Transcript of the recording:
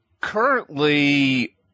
currently